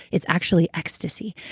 it's actually ecstasy.